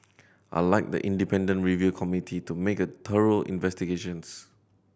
I'd like the independent review committee to make a thorough investigations